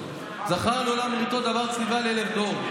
זכר לעולם בריתו דבר צוה לאלף דור.